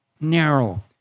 narrow